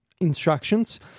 instructions